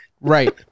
Right